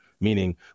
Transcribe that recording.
meaning